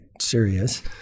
serious